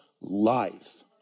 life